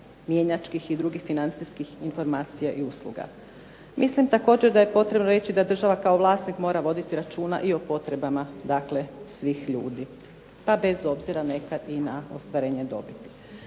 mjenjačkih i drugih financijskih informacija i usluga. Mislim također da je potrebno reći da država kao vlasnik mora voditi računa i o potrebama dakle svih ljudi, pa bez obzira nekad i na ostvarenje dobiti.